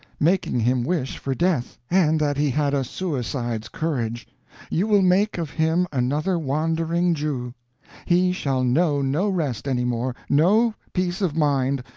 making him wish for death, and that he had a suicide's courage you will make of him another wandering jew he shall know no rest any more, no peace of mind,